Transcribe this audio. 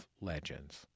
legends